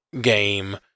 game